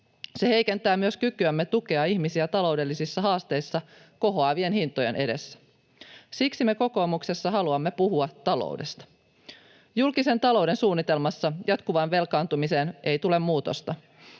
Se heikentää myös kykyämme tukea ihmisiä taloudellisissa haasteissa kohoavien hintojen edessä. Siksi me kokoomuksessa haluamme puhua taloudesta. Julkisen talouden suunnitelmassa jatkuvaan velkaantumiseen ei tule muutosta.